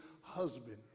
husband